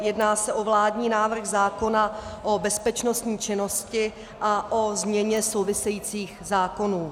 Jedná se o vládní návrh zákona o bezpečnostní činnosti a o změně souvisejících zákonů.